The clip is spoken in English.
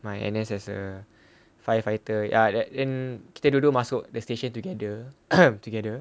my N_S as a firefighter ya and kita dulu masuk the station together together